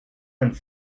vingt